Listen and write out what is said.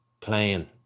playing